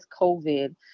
COVID